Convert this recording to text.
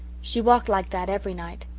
she walked like that every night.